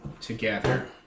Together